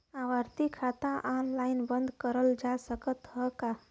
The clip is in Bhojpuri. आवर्ती खाता ऑनलाइन बन्द करल जा सकत ह का?